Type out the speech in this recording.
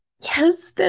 yes